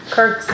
Kirk